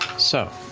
so